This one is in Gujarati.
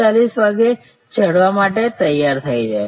40 વાગ્યે ચઢવા માટે તૈયાર થઈ જાય